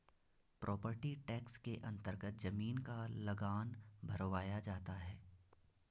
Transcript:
property tax के अन्तर्गत जमीन का लगान भरवाया जाता है